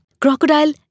Crocodile